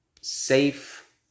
safe